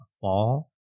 fall